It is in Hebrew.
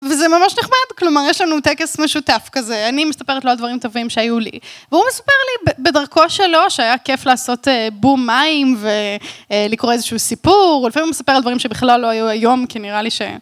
וזה ממש נחמד, כלומר יש לנו טקס משותף כזה, אני מספרת לו על דברים טובים שהיו לי והוא מספר לי בדרכו שלו, שהיה כיף לעשות בום מים ולקרוא איזשהו סיפור, לפעמים הוא מספר על דברים שבכלל לא היו היום, כי נראה לי ש...